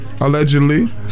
allegedly